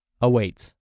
awaits